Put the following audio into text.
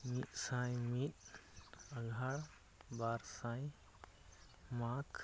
ᱢᱤᱫᱥᱟᱭ ᱢᱤᱫ ᱟᱜᱷᱟᱬ ᱵᱟᱨᱥᱟᱭ ᱢᱟᱜᱽ